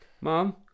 Mom